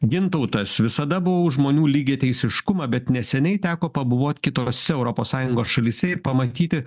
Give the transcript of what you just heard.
gintautas visada buvau žmonių lygiateisiškumą bet neseniai teko pabuvot kitos europos sąjungos šalyse ir pamatyti